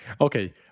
Okay